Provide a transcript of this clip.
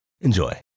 Enjoy